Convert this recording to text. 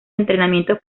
entrenamientos